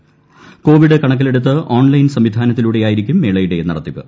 Covid കണക്കിലെടുത്ത് online സംവിധാനത്തിലൂടെയായിരിക്കും മേളയുടെ നടത്തിപ്പ്